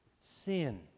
sin